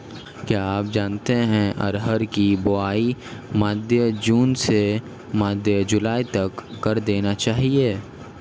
क्या आप जानते है अरहर की बोआई मध्य जून से मध्य जुलाई तक कर देनी चाहिये?